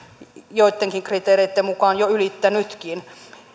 joittenkin kriteereitten mukaan jo ylittänytkin